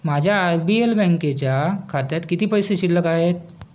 माझ्या I B L बँकेच्या खात्यात किती पैसे शिल्लक आहेत